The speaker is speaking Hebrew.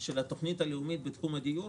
של התוכנית הלאומית בתחום הדיור,